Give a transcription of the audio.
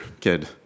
kid